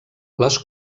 les